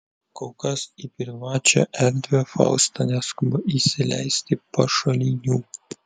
kol kas į privačią erdvę fausta neskuba įsileisti pašalinių